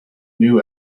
new